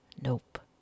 Nope